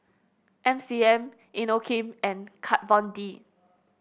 M C M Inokim and Kat Von D